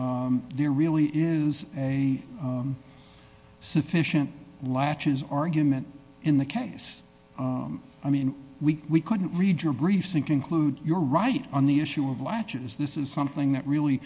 there really is a sufficient latches argument in the case i mean we couldn't read your briefs and conclude you're right on the issue of watches this is something that really